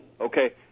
Okay